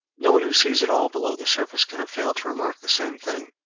no one who sees at all below the surface can have failed to remark the same thing.